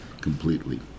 completely